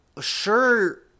sure